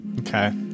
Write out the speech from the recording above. Okay